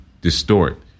distort